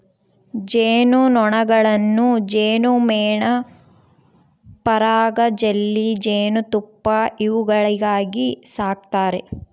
ಜೇನು ನೊಣಗಳನ್ನು ಜೇನುಮೇಣ ಪರಾಗ ಜೆಲ್ಲಿ ಜೇನುತುಪ್ಪ ಇವುಗಳಿಗಾಗಿ ಸಾಕ್ತಾರೆ